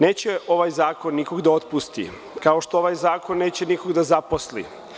Neće ovaj zakon nikoga da otpusti, kao što ovaj zakon neće nikoga da zaposli.